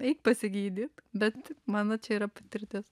eik pasigydyt bet mano čia yra patirtis